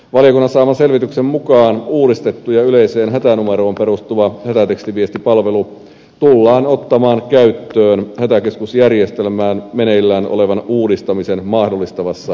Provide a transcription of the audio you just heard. valiokunnan saaman selvityksen mukaan uudistettu ja yleiseen hätänumeroon perustuva hätätekstiviestipalvelu tullaan ottamaan käyttöön hätäkeskusjärjestelmään meneillään olevan uudistamisen mahdollistavassa aikataulussa